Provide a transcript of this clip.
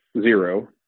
zero